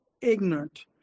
ignorant